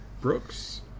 Brooks